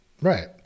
Right